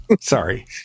Sorry